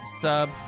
sub